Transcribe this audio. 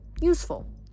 Useful